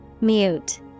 Mute